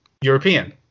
European